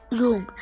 Room